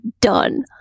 done